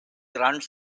runs